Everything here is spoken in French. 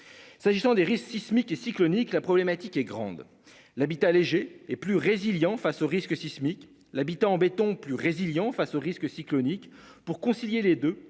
S'agissant des risques sismiques et cycloniques. La problématique est grande l'habitat léger et plus résiliant face au risques sismiques, l'habitant en béton plus résiliant face au risque cyclonique pour concilier les deux